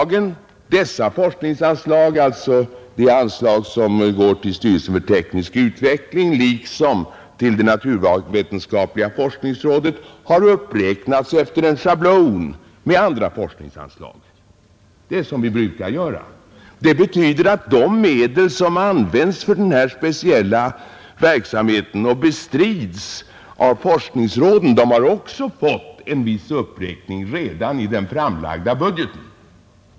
Dessa forskningsanslag — som går både till styrelsen för teknisk utveckling och till statens naturvetenskapliga forskningsråd — har liksom andra forskningsanslag uppräknats efter en schablon. Vi brukar göra det. Detta betyder att de medel som används för denna speciella verksamhet och bestrides av forskningsråden också har uppräknats i den framlagda budgeten.